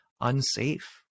unsafe